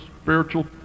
spiritual